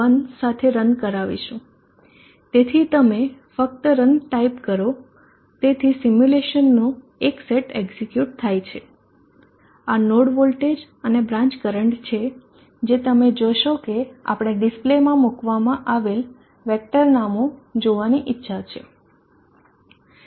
1 સાથે રન કરાવીશું તેથી તમે ફક્ત રન ટાઇપ કરો તેથી સિમ્યુલેશનનો એક સેટ એક્ઝીક્યુટ થાય છે આ નોડ વોલ્ટેજ અને બ્રાંચ કરંટ છે જે તમે જોશો કે આપણે ડિસ્પ્લેમાં મૂકવામાં આવેલ વેક્ટર નામો જોવાની ઇચ્છા છે